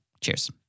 Cheers